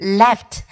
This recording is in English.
left